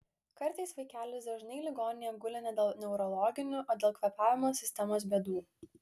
kartais vaikelis dažnai ligoninėje guli ne dėl neurologinių o dėl kvėpavimo sistemos bėdų